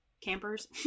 campers